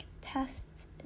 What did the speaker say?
tests